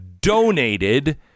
donated